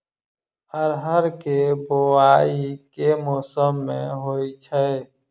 अरहर केँ बोवायी केँ मौसम मे होइ छैय?